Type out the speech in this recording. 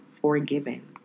forgiven